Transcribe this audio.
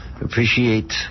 appreciate